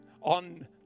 on